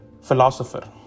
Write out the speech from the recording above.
Philosopher